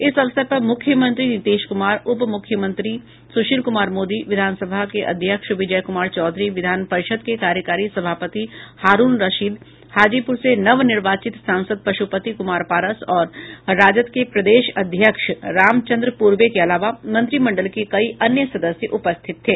इस अवसर पर मुख्यमंत्री नीतीश कुमार उप मुख्यमंत्री सुशील कुमार मोदी विधानसभा के अध्यक्ष विजय कुमार चौधरी विधान परिषद् के कार्यकारी सभापति हारून रशीद हाजीपुर से नवनिर्वाचित सांसद पशुपति कुमार पारस और राजद के प्रदेश अध्यक्ष रामचंद्र पूर्वे के अलावा मंत्रिमंडल के कई अन्य सदस्य उपस्थित थे